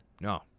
No